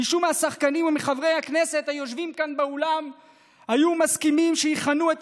מישהו מהשחקנים או מחברי הכנסת היושבים כאן באולם היו מסכימים שיכנו את